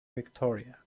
victoria